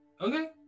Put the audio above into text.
Okay